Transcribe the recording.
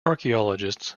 archaeologists